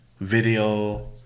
video